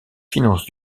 finances